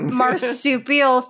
marsupial